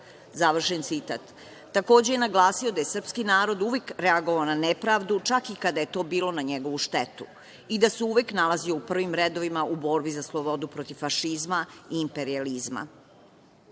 svoj narod“. Takođe je naglasio da je srpski narod uvek reagovao na nepravdu, čak i kada je to bilo na njegovu štetu i da se uvek nalazio u prvim redovima u borbi za slobodu protiv fašizma i imperijalizma. Koristim